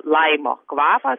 laimo kvapą